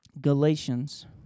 Galatians